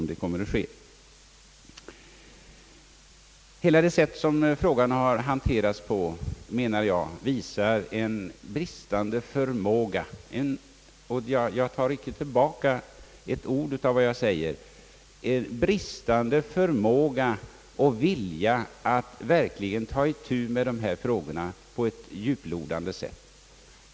Det sätt på vilket frågan har hanterats visar en bristande förmåga och vilja att verkligen ta itu med dessa frågor på ett djuplodande sätt.